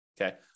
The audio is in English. okay